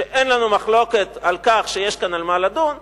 שאין לנו מחלוקת על כך שיש כאן על מה לדון,